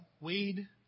weed